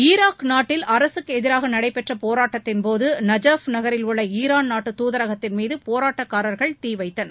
Iraq நாட்டில் அரசுக்கு எதிராக நடைபெற்ற போராட்டத்தின்போது நஜாஃப் நகரில் உள்ள ஈரான் நாட்டு துாதரகத்தின் மீது போராட்டக்காரர்கள் தீ வைத்தனர்